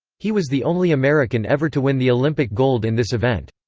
he was the only american ever to win the olympic gold in this event.